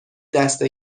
دست